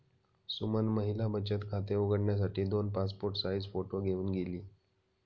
सुमन महिला बचत खाते उघडण्यासाठी दोन पासपोर्ट साइज फोटो घेऊन गेली